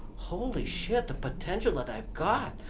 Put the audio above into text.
holy shit, the potential that i've got,